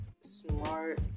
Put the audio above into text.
Smart